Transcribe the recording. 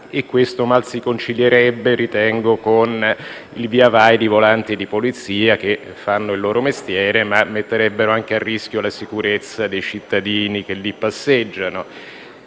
che mal si concilierebbe con il viavai di volanti di Polizia che fanno il loro mestiere, ma metterebbero anche a rischio la sicurezza dei cittadini che lì passeggiano.